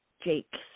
Jake